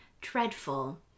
dreadful